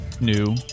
new